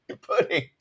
Pudding